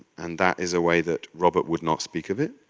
and that is a way that robert would not speak of it.